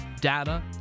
data